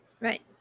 Right